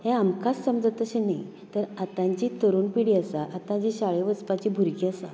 हें आमकांच समजता अशें न्ही तर आतांची तरूण पिढी आसा आतां जीं शाळेंत वचपाचीं भुरगीं आसा